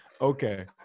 okay